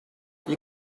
you